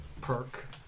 Perk